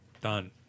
Done